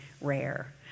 rare